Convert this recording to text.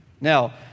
now